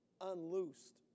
unloosed